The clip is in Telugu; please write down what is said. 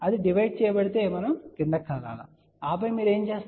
అది డివైడ్ చేయబడితే మనం క్రిందికి కదలాలి ఆపై మీరు ఏమి చేస్తారు